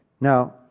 Now